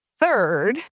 third